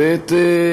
ב.